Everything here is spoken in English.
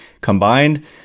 combined –